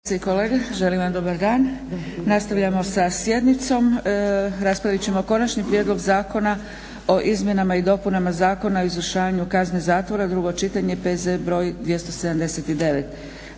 Kolegice i kolege želim vam dobar dan. Nastavljamo sa sjednicom. Raspravit ćemo: - Konačni prijedlog zakona o izmjenama i dopunama Zakona o izvršavanju kazne zatvora, drugo čitanje, P.Z. br. 279